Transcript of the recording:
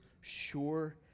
sure